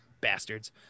Bastards